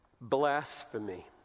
blasphemy